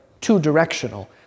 two-directional